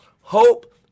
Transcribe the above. Hope